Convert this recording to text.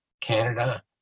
Canada